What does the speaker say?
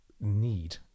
need